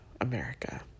America